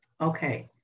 Okay